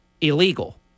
illegal